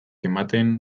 ematen